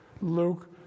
Luke